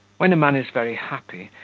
when a man is very happy,